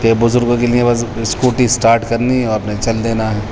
کہ بزرگوں کے لیے بس اسکوٹی اسٹاٹ کرنی ہے اور اپنے چل دینا ہے